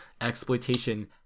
Exploitation